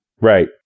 Right